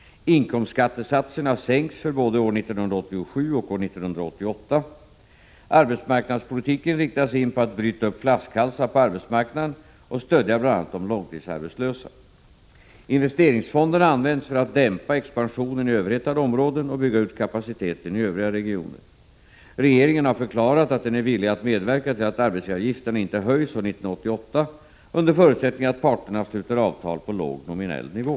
Inkomstskattesatserna sänks för både år 1987 och år 1988. Arbetsmarknadspolitiken riktas in på att bryta upp flaskhalsar på arbetsmarknaden och stödja bl.a. de långtidsarbetslösa. O Investeringsfonderna används för att dämpa expansionen i överhettade områden och bygga ut kapaciteten i övriga regioner. Oo Regeringen har förklarat att den är villig att medverka till att arbetsgivaravgifterna inte höjs år 1988, under förutsättning att parterna sluter avtal på låg nominell nivå.